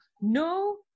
no